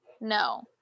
No